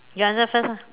you answer first lah